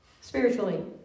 Spiritually